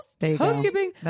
housekeeping